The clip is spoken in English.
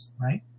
right